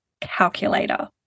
calculator